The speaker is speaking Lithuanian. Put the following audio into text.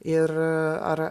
ir ar